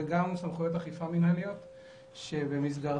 יש לנו גם סמכויות אכיפה מנהליות שבמסגרתן